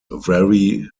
vary